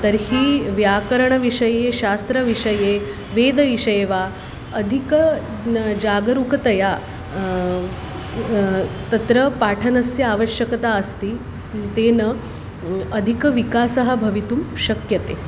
तर्हि व्याकरणविषये शास्त्रविषये वेदविषये वा अधिकं जागरूकतया तत्र पाठनस्य आवश्यकता अस्ति तेन अधिकविकासः भवितुं शक्यते